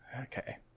Okay